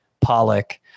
Pollock